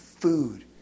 Food